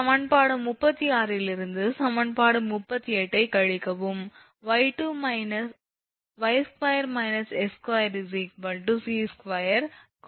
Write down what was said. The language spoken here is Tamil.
சமன்பாடு 39 இலிருந்து சமன்பாடு 38 ஐ கழிக்கவும் 𝑦2−𝑠2𝑐2cosh2𝑥𝑐−sinh2𝑥𝑐